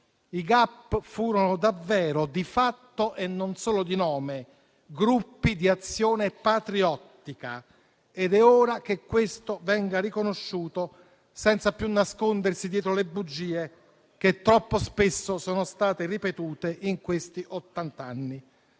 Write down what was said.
I GAP furono davvero, di fatto e non solo di nome, gruppi di azione patriottica ed è ora che questo venga riconosciuto senza più nascondersi dietro le bugie che troppo spesso sono state ripetute in questi ottant'anni.